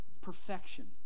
perfection